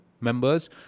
members